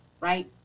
right